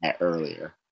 earlier